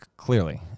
Clearly